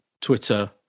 Twitter